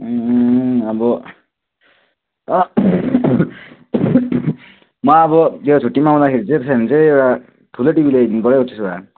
ए अब म अब यो छुट्टीमा आउँदाखेरि चाहिँ एउटा ठुलै टिभी ल्याइदिनु पर्यो त्यसो भए